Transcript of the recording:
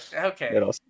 Okay